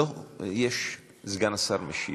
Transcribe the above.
לא, סגן השר משיב.